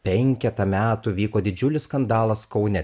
penketą metų vyko didžiulis skandalas kaune